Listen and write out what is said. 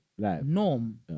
Norm